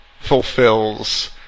fulfills